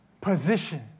position